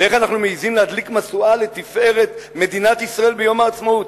ואיך אנחנו מעזים להדליק משואה לתפארת מדינת ישראל ביום העצמאות?